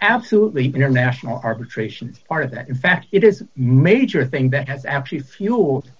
absolutely international arbitration part of that in fact it is a major thing that has actually fuel